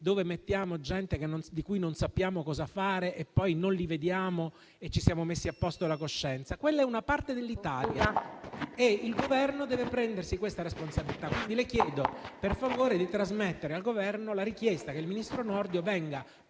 dove mettiamo gente di cui non sappiamo cosa fare e che poi non vediamo, mettendoci così a posto la coscienza. Quella è una parte dell'Italia e il Governo deve prendersene la responsabilità. Quindi, le chiedo, per favore, di trasmettere al Governo la richiesta che il ministro Nordio venga